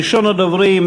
ראשון הדוברים,